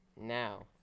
now